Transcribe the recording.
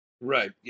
right